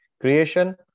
Creation